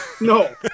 No